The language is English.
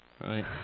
right